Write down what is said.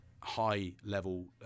high-level